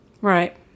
Right